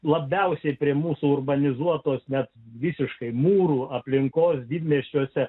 labiausiai prie mūsų urbanizuotos net visiškai mūrų aplinkos didmiesčiuose